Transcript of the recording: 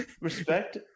Respect